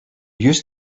used